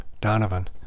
Donovan